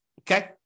Okay